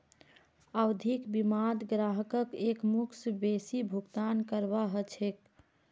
आवधिक बीमात ग्राहकक एकमुश्त बेसी भुगतान करवा ह छेक